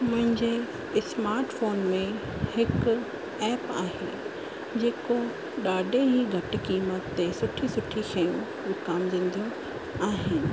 मुंहिंजे smart phone में हिक ऐप आहे जेको ॾाढी ई घटि क़ीमत ते सुठी सुठी शयूं विकामजंदियूं आहिनि